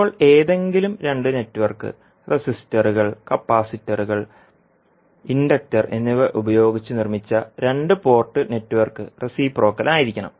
ഇപ്പോൾ ഏതെങ്കിലും രണ്ട് നെറ്റ്വർക്ക് റെസിസ്റ്ററുകൾ കപ്പാസിറ്ററുകൾ ഇൻഡക്റ്റർ resistor capacitor inductor എന്നിവ ഉപയോഗിച്ച് നിർമ്മിച്ച രണ്ട് പോർട്ട് നെറ്റ്വർക്ക് റെസിപ്രോക്കൽ ആയിരിക്കണം